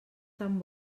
tan